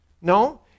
No